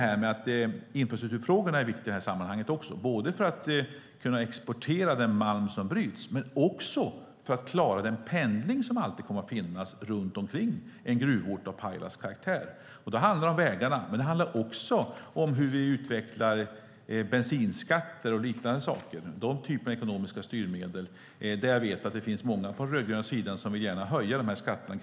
Infrastrukturfrågorna är också viktiga både för att man ska kunna exportera den malm som bryts och för att klara den pendling som alltid finns runt en gruvort av Pajalas karaktär. Det handlar om vägar och om hur vi utvecklar bensinskatter och den typen av ekonomiska styrmedel. Det finns många på den rödgröna sidan som vill höja de skatterna.